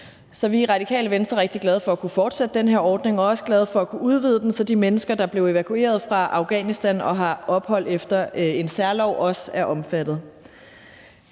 Så vi er i Radikale Venstre rigtig glade for at kunne fortsætte den her ordning, og vi er også glade for at kunne udvide den, så de mennesker, der blev evakueret fra Afghanistan og har ophold efter en særlov, også er omfattet.